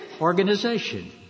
organization